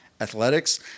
athletics